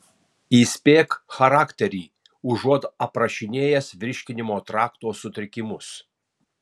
įspėk charakterį užuot aprašinėjęs virškinimo trakto sutrikimus